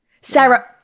Sarah